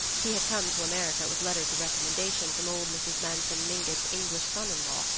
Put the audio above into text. he had come to america with letters of recommendation from old mrs. manson mingott's english son-in-law,